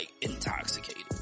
intoxicated